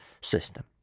System